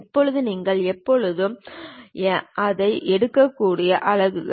இப்போது நீங்கள் எப்போதும் அதை எடுக்கக்கூடிய அலகுகள்